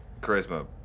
charisma